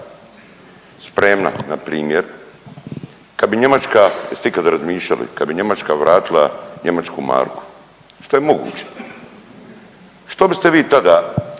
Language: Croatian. spremna npr., kad bi Njemačka, jeste ikad razmišljali, kad bi Njemačka vratila njemačku marku, šta je moguće, što biste vi tada